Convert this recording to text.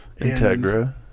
Integra